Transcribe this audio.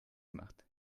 gemacht